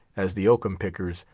as the oakum-pickers,